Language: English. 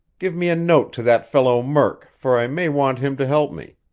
give me a note to that fellow murk, for i may want him to help me.